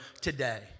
today